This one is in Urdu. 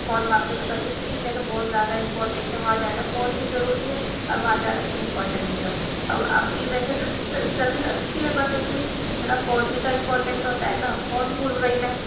فون واپس کر دے کیوں کہ میرا بہت زیادہ امپارٹینٹ ہے وہاں جانا فون بھی ضروری ہے اور وہاں جانا امپارٹینٹ بھی ہے اب آپ کی ویسے تو سروس اچھی ہے بٹ ایٹلسٹ میرا فون بھی تو امپارٹینٹ ہوتا ہے نا فون بھول گئی میں